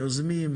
יוזמים,